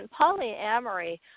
polyamory